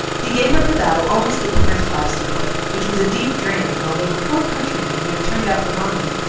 he gave up the battle almost at the first obstacle which was a deep drain and although the poor countrymen, who had turned out for monmouth,